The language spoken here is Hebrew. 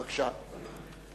בבקשה.